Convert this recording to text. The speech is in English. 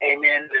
Amen